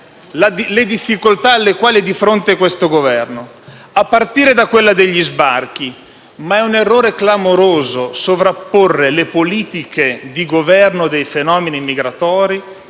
le difficoltà che ha di fronte questo Governo, a partire da quella degli sbarchi, ma è un errore clamoroso sovrapporre le politiche di governo dei fenomeni migratori